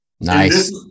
Nice